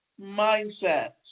Mindsets